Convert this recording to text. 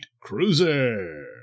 cruiser